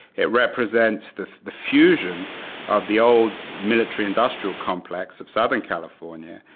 it represents the the fusion of the old military industrial complex of southern california,